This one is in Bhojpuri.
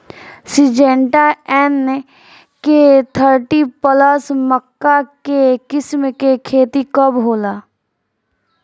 सिंजेंटा एन.के थर्टी प्लस मक्का के किस्म के खेती कब होला?